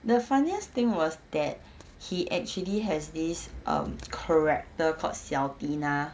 the funniest thing was that he actually has this um character called xiao tina